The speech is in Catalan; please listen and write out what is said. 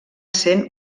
sent